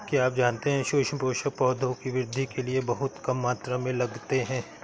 क्या आप जानते है सूक्ष्म पोषक, पौधों की वृद्धि के लिये बहुत कम मात्रा में लगते हैं?